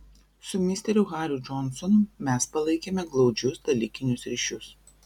su misteriu hariu džonsonu mes palaikėme glaudžius dalykinius ryšius